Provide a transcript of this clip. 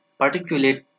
particulate